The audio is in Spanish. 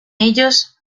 ellos